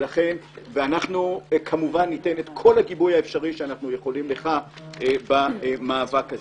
אנחנו כמובן ניתן את כל הגיבוי האפשרי שאנחנו יכולים לתת לך במאבק הזה.